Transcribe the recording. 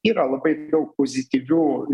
yra labai daug pozityvių